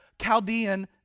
Chaldean